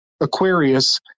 Aquarius